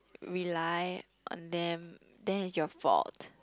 rely on them then is your fault